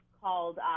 called